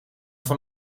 van